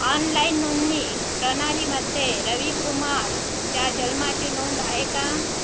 online नोंदणी प्रणालीमध्ये रवी कृमारच्या जन्माची नोंद आहे का